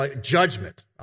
judgment